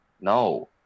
no